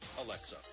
Alexa